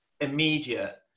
immediate